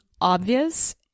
obvious